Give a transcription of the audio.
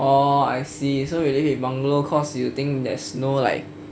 oh I see so you won't live in bungalow cause you think there is no like